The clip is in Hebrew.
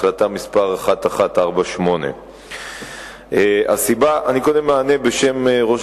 החלטה מס' 1148. אני קודם אענה בשם ראש